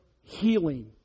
healing